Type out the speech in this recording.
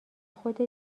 خودت